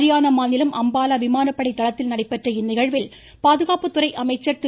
ஹரியானா மாநிலம் அம்பாலா விமானப்படை தளத்தில் நடைபெற்ற இந்நிகழ்வில் பாதுகாப்புத்துறை அமைச்சர் திரு